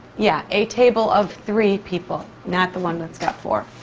yeah, a table of three people, not the one that's got four.